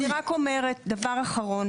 אני רק אומרת דבר אחרון.